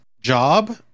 job